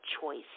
choice